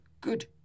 good